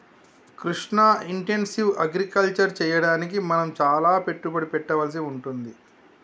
Krishna intensive agriculture చెయ్యడానికి మనం చాల పెట్టుబడి పెట్టవలసి వుంటది